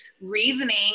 reasoning